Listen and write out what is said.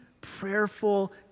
prayerful